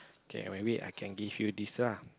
K maybe I can give you this lah